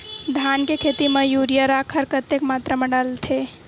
धान के खेती म यूरिया राखर कतेक मात्रा म डलथे?